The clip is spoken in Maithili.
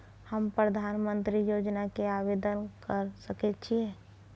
हम प्रधानमंत्री योजना के आवेदन कर सके छीये?